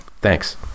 Thanks